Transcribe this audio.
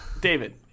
David